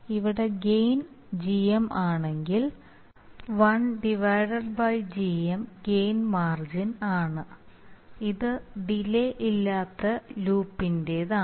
ഇവിടെയുള്ള gain GM ആണെങ്കിൽ 1GM gain margin ആണ് ഇത് ഡിലേ ഇല്ലാത്ത ലൂപ്പിന്റെതാണ്